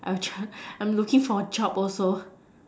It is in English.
I I'm looking for a job also